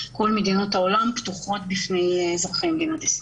כל מדינות העולם פתוחות בפני אזרחי מדינת ישראל.